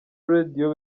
radio